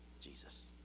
jesus